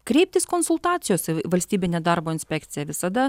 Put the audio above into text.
kreiptis konsultacijos į valstybinę darbo inspekciją visada